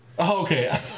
Okay